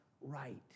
right